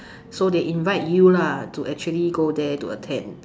so they invite you lah to actually go there to attend